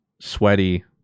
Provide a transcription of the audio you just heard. sweaty